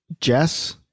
Jess